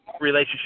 relationship